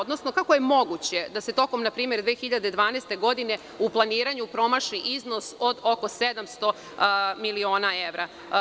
Odnosno, kako je moguće da se tokom npr. 2012. godine u planiranju promaši iznos od oko 700 miliona evra.